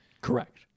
Correct